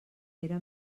era